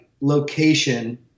location